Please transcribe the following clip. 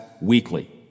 weekly